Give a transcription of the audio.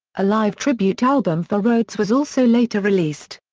a live tribute album for rhoads was also later released.